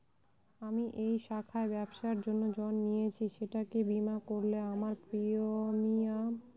আমি এই শাখায় ব্যবসার জন্য ঋণ নিয়েছি সেটাকে বিমা করলে আমার প্রিমিয়াম কত হবে?